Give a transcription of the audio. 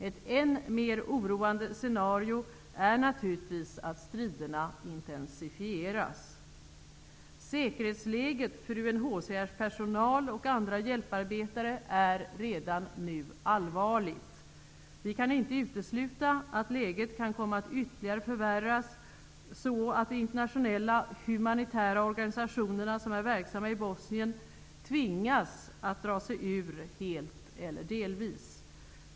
Ett än mer oroande scenario är naturligtvis att striderna intensifieras. Säkerhetsläget för UNHCR:s personal och andra hjälparbetare är redan nu allvarligt. Vi kan inte utesluta att läget kan komma att ytterligare förvärras så att de internationella humanitära organisationer som är verksamma i Bosnien tvingas att dra sig ur helt eller delvis.